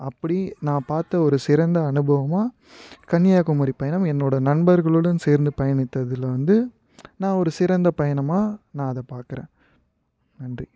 அப்படி நான் பார்த்த ஒரு சிறந்த அனுபவமாக கன்னியாகுமரி பயணம் என்னோட நண்பர்களுடன் சேர்ந்து பயணித்ததில் வந்து நான் ஒரு சிறந்த பயணமாக நான் அதை பார்க்கறேன் நன்றி